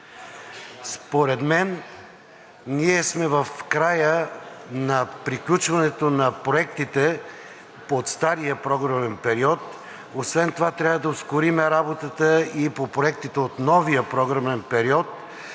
Според мен ние сме в края на приключването на проектите по стария програмен период. Освен това трябва да ускорим работата и по проектите от новия програмен период,